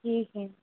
ठीक है